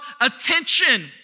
attention